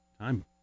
Time